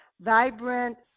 vibrant